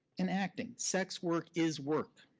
and acting. sex work is work.